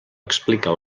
explica